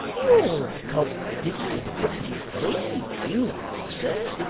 you're a contradicting pretty free, you are, sir.